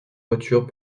voiture